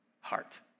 heart